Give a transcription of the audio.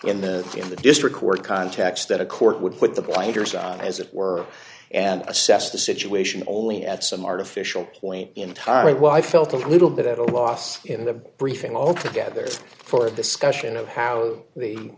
in the in the district court context that a court would put the blinders on as it were and assess the situation only at some artificial point in time why i felt a little bit at a loss in the briefing altogether for a discussion of how the